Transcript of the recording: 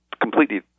completely